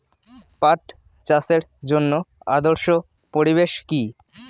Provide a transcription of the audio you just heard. পাট চাষের জন্য আদর্শ পরিবেশ কি?